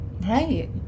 Right